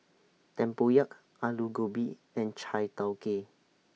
Tempoyak Aloo Gobi and Chai Tow Kuay